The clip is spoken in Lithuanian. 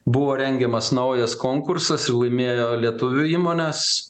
buvo rengiamas naujas konkursas ir laimėjo lietuvių įmonės